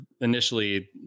initially